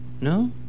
No